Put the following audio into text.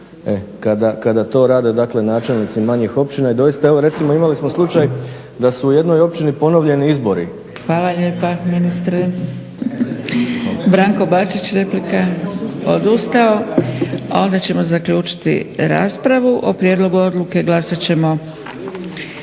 kada to rade dakle načelnici manjih općina i doista imali smo recimo slučaj da su u jednoj općini ponovljeni izbori. **Zgrebec, Dragica (SDP)** Hvala lijepa ministre. Branko Bačić replika. Odustao. Onda ćemo zaključiti raspravu. O prijedlogu odluke glasat ćemo